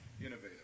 Innovative